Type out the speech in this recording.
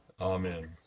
Amen